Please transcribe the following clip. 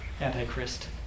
Antichrist